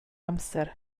amser